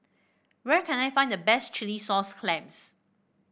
where can I find the best Chilli Sauce Clams